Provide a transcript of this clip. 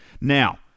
Now